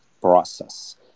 process